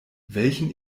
welchen